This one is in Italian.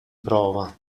prova